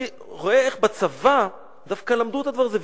אני רואה איך בצבא דווקא למדו את הדבר הזה,